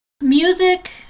music